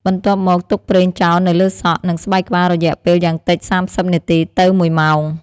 បន្ទាប់មក ទុកប្រេងចោលនៅលើសក់ និងស្បែកក្បាលរយៈពេលយ៉ាងតិច ៣០ នាទី ទៅ ១ ម៉ោង។